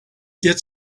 get